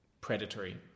predatory